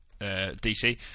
DC